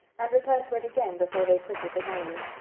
and returned to it again before they quitted the gallery.